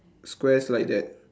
squares like that